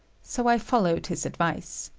so i followed his advice.